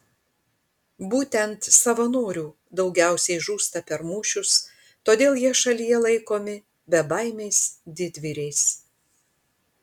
būtent savanorių daugiausiai žūsta per mūšius todėl jie šalyje laikomi bebaimiais didvyriais